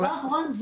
דבר אחרון,